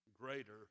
greater